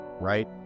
right